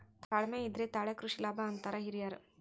ತಾಳ್ಮೆ ಇದ್ರೆ ತಾಳೆ ಕೃಷಿ ಲಾಭ ಅಂತಾರ ಹಿರ್ಯಾರ್